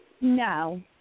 no